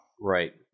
Right